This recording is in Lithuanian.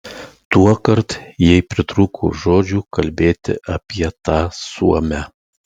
tuokart jai pritrūko žodžių kalbėti apie tą suomę